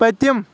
پٔتِم